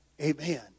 Amen